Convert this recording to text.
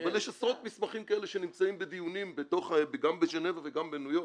אבל יש עשרות מסמכים כאלה שנמצאים בדיונים גם בז'נבה וגם בניו יורק.